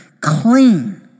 clean